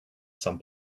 some